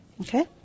Okay